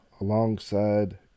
alongside